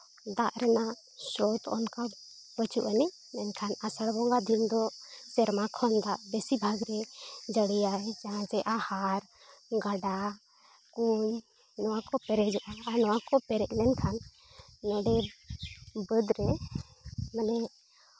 ᱫᱟᱜ ᱨᱮᱱᱟᱜ ᱥᱳᱫᱷ ᱚᱱᱠᱟ ᱵᱟᱹᱪᱩᱜ ᱟᱹᱱᱤᱡ ᱢᱮᱱᱠᱷᱟᱱ ᱟᱥᱟᱲ ᱵᱚᱸᱜᱟ ᱫᱤᱱ ᱫᱚ ᱥᱮᱨᱢᱟ ᱠᱷᱚᱱ ᱫᱟᱜ ᱵᱮᱥᱤᱨ ᱵᱷᱟᱜᱽ ᱜᱮ ᱡᱟᱹᱲᱤᱭᱟᱭ ᱡᱟᱦᱟᱸ ᱡᱮ ᱟᱦᱟᱨ ᱜᱟᱰᱟ ᱠᱩᱸᱧ ᱱᱚᱣᱟ ᱠᱚ ᱯᱮᱨᱮᱡᱚᱜᱼᱟ ᱟᱨ ᱱᱚᱣᱟ ᱠᱚ ᱯᱮᱨᱮᱡ ᱞᱮᱱᱠᱷᱟᱱ ᱱᱚᱰᱮ ᱵᱟᱹᱫᱽ ᱨᱮ ᱢᱟᱱᱮ